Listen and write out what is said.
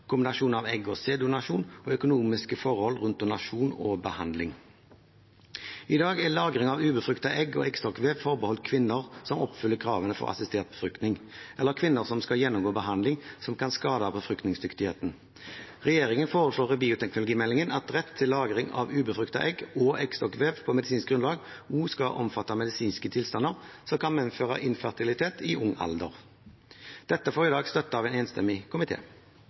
kombinasjon av egg- og sæddonasjon og økonomiske forhold rundt donasjon og behandling. I dag er lagring av ubefruktede egg og eggstokkvev forbeholdt kvinner som oppfyller kravene for assistert befruktning, eller kvinner som skal gjennomgå behandling som kan skade befruktningsdyktigheten. Regjeringen foreslår i bioteknologimeldingen at rett til lagring av ubefruktede egg og eggstokkvev på medisinsk grunnlag også skal omfatte medisinske tilstander som kan medføre infertilitet i ung alder. Dette får i dag støtte av en enstemmig